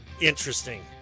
interesting